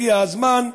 הגיע הזמן,